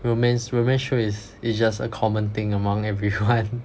romance romance show is is just a common thing among everyone